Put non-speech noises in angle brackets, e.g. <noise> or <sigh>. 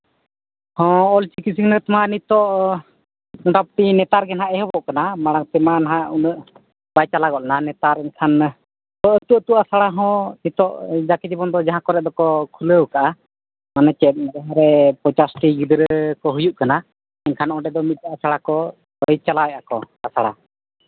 ᱦᱮᱸ ᱚᱞ ᱪᱤᱠᱤ ᱥᱤᱠᱷᱱᱟᱹᱛ ᱢᱟ ᱱᱤᱛᱚᱜ <unintelligible> ᱱᱮᱛᱟᱨ ᱜᱮ ᱦᱟᱸᱜ ᱮᱦᱚᱵᱚᱜ ᱠᱟᱱᱟ ᱢᱟᱲᱟᱝ ᱛᱮᱢᱟ ᱱᱟᱦᱟᱸᱜ ᱩᱱᱟᱹᱜ ᱵᱟᱭ ᱪᱟᱞᱟᱣ ᱜᱚᱫᱱᱟ ᱱᱮᱛᱟᱨ ᱮᱱᱠᱷᱟᱱ ᱟᱛᱳ ᱟᱛᱳ ᱟᱥᱲᱟ ᱦᱚᱸ ᱱᱤᱛᱚᱜ ᱡᱟᱠᱮ ᱡᱮᱢᱚᱱ ᱫᱚ ᱡᱟᱦᱟᱸ ᱠᱚᱨᱮ ᱫᱚᱠᱚ ᱠᱷᱩᱞᱟᱹᱣ ᱠᱟᱜᱼᱟ ᱢᱟᱱᱮ ᱪᱮᱫ ᱚᱠᱟ ᱠᱚᱨᱮ ᱯᱚᱪᱟᱥᱴᱤ ᱜᱤᱫᱽᱨᱟᱹ ᱠᱚ ᱦᱩᱭᱩᱜ ᱠᱟᱱᱟ ᱮᱱᱠᱷᱟᱱ ᱚᱸᱰᱮ ᱫᱚ ᱢᱤᱫ ᱟᱥᱲᱟ ᱠᱚ ᱳᱭ ᱪᱟᱞᱟᱣᱮᱫᱼᱟ ᱠᱚ ᱟᱥᱲᱟ